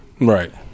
right